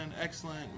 excellent